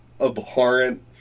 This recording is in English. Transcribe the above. abhorrent